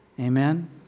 Amen